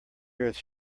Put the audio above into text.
earth